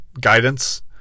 guidance